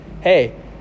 hey